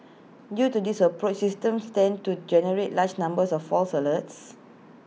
due to this approaches systems tend to generate large numbers of false alerts